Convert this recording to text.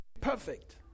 perfect